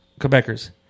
Quebecers